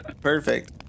Perfect